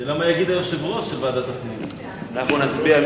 אנחנו נצביע.